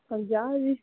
ਪੰਜਾਹ ਜੀ